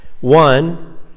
One